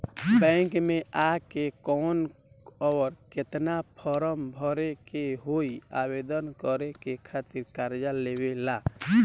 Bank मे आ के कौन और केतना फारम भरे के होयी आवेदन करे के खातिर कर्जा लेवे ला?